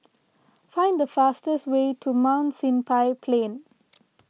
find the fastest way to Mount Plain